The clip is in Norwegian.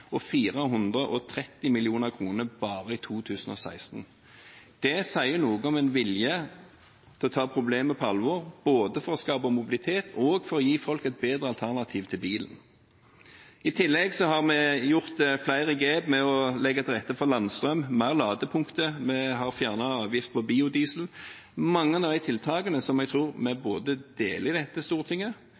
og 430 mill. kr bare i 2016. Det sier noe om en vilje til å ta problemet på alvor, både for å skape mobilitet og for å gi folk et bedre alternativ til bilen. I tillegg har vi tatt flere grep med å legge til rette for landstrøm, flere ladepunkter, og vi har fjernet avgift på biodiesel – mange tiltak som jeg tror vi deler med dette stortinget,